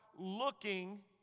looking